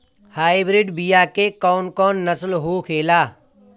Hybrid बीया के कौन कौन नस्ल होखेला?